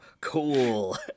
cool